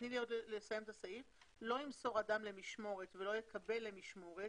המשך הסעיף אומר: "לא ימסור אדם למשמורת ולא יקבל למשמורת